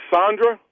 Sandra